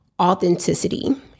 authenticity